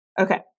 okay